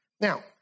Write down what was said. Now